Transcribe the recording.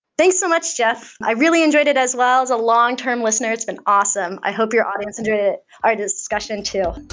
thanks so much, jeff. i really enjoyed it as well. as a long-term listener, it's been awesome. i hope your audience enjoyed our discussion too.